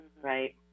right